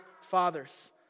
fathers